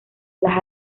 las